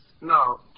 No